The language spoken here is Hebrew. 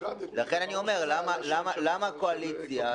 לכן אני שואל למה הקואליציה,